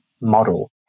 model